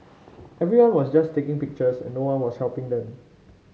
everyone was just taking pictures and no one was helping them